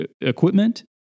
equipment